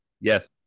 Yes